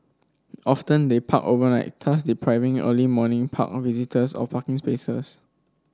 often they park overnight thus depriving early morning park on visitors of parking spaces